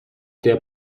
der